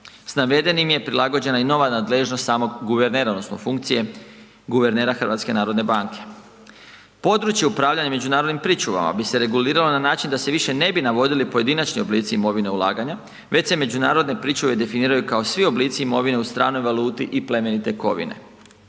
S navedenim je prilagođena i nova nadležnost samog guvernera odnosno funkcije guvernera HNB-a. Područje upravljanja međunarodnim pričuvama bi se reguliralo na način da se više ne bi navodili pojedinačni oblici imovine ulaganja već se međunarodne pričuve definiraju kao svi oblici imovine u stranoj valuti i plemenite kovine.